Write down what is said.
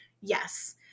Yes